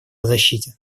защите